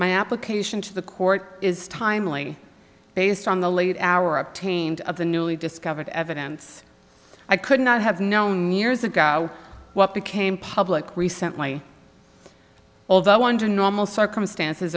my application to the court is timely based on the late hour obtained of the newly discovered evidence i could not have known years ago what became public recently although under normal circumstances